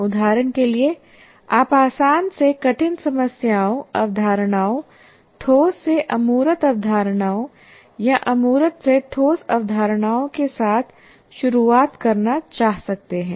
उदाहरण के लिए आप आसान से कठिन समस्याओंअवधारणाओं ठोस से अमूर्त अवधारणाओं या अमूर्त से ठोस अवधारणाओं के साथ शुरुआत करना चाह सकते हैं